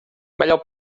melhor